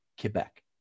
Quebec